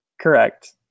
Correct